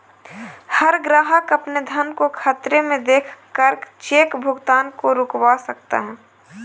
हर ग्राहक अपने धन को खतरे में देख कर चेक भुगतान को रुकवा सकता है